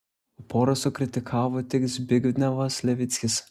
porą sukritikavo tik zbignevas levickis